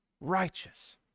righteous